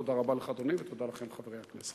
תודה רבה לך, אדוני, תודה לכם, חברי הכנסת.